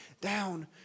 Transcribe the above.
down